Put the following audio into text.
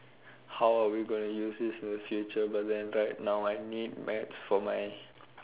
how are we gonna use this in the future but then right now I need maths for my